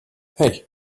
hey